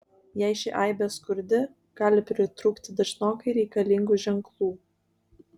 jei ši aibė skurdi gali pritrūkti dažnokai reikalingų ženklų